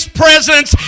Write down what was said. presence